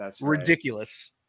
ridiculous